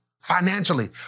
financially